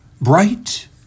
bright